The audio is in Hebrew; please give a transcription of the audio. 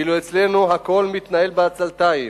ואילו אצלנו הכול מתנהל בעצלתיים,